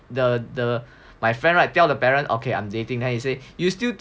the the my friend [right] tell the parents okay I'm dating now you say you still